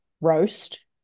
roast